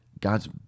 god's